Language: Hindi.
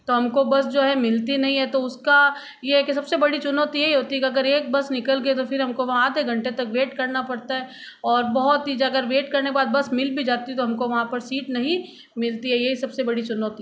तो हमको बस जो है मिलती नहीं है तो उसका यह है कि सबसे बड़ी चुनौती यही होती है की अगर एक बस निकल गई तो हमको वहाँ आधे घंटे तक वेट करना पड़ता है और बहुत ही अगर वेट करने के बाद अगर बस मिल भी जाती तो हमको वहाँ पर सीट नहीं मिलती है यही सबसे बड़ी चुनौती